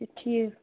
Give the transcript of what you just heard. اَچھا ٹھیٖک